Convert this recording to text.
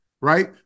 right